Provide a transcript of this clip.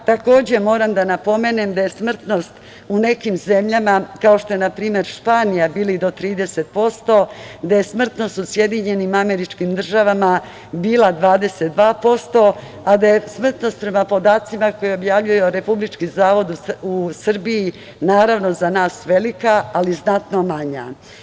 Takođe, moram da napomenem da je smrtnost u nekim zemljama kao što je, na primer, Španija, bila i do 30%, da je smrtnosti u SAD bila 22%, a da je smrtnost, prema podacima koje objavljuje Republički zavod u Srbiji, naravno, za nas velika, ali i znatno manja.